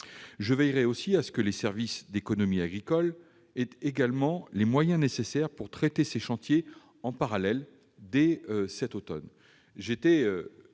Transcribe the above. Je veillerai aussi à ce que les services d'économie agricole aient les moyens nécessaires pour traiter ces chantiers en parallèle cet automne.